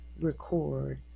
record